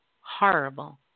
horrible